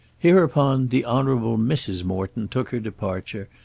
hereupon the honourable mrs. morton took her departure,